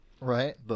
right